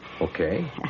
Okay